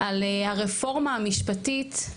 על הרפורמה המשפטית,